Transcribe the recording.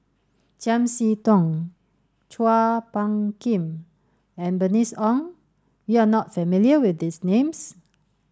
Chiam See Tong Chua Phung Kim and Bernice Ong you are not familiar with these names